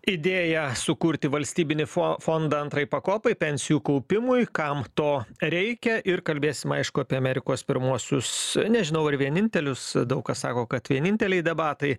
idėją sukurti valstybinį fo fondą antrai pakopai pensijų kaupimui kam to reikia ir kalbėsime aišku apie amerikos pirmuosius nežinau ar vienintelius daug kas sako kad vieninteliai debatai